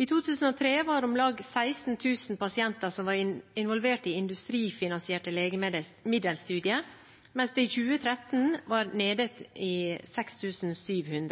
I 2003 var det om lag 16 000 pasienter som var involvert i industrifinansierte legemiddelstudier, mens det i 2013 var nede i